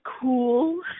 cool